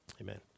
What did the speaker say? Amen